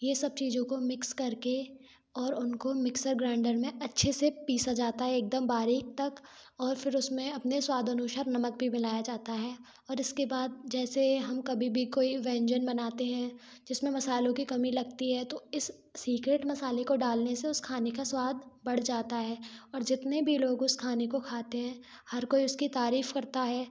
यह सब चीज़ों को मिक्स करके और उनको मिक्सर ग्राइंडर में अच्छे से पीसा जाता है एकदम बारीक तक और फ़िर उसमें अपने स्वाद अनुसार नमक भी मिलाया जाता है और इसके बाद जैसे हम कभी भी कोई व्यंजन बनाते हैं जिसमें मसालों की कमी लगती है तो इस सीक्रेट मसाले को डालने से उस खाने का स्वाद बढ़ जाता है और जितने भी लोग उस खाने को खाते हैं हर कोई उसकी तारीफ़ करता है